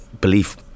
belief